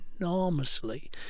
enormously